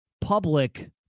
public